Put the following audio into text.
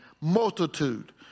multitude